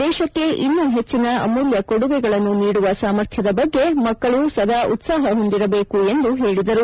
ದೇಶಕ್ಕೆ ಇನ್ನೂ ಹೆಚ್ಚಿನ ಅಮೂಲ್ಯ ಕೊಡುಗೆಗಳನ್ನು ನೀಡುವ ಸಾಮರ್ಥ್ಯದ ಬಗ್ಗೆ ಮಕ್ಕಳು ಸದಾ ಉತ್ಸಾಹ ಹೊಂದಿರಬೇಕು ಎಂದು ಹೇಳಿದರು